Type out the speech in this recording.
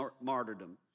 martyrdom